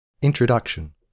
Introduction